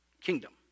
kingdom